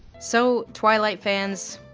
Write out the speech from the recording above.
so twilight fans,